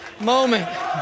moment